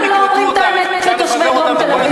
למה אתם לא אומרים את האמת לתושבי דרום תל-אביב?